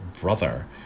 brother